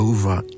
Over